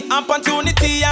opportunity